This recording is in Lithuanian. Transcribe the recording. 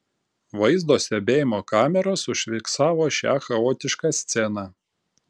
vaizdo stebėjimo kameros užfiksavo šią chaotišką sceną